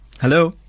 Hello